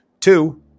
two